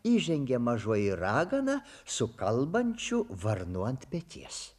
įžengė mažoji ragana su kalbančiu varnu ant peties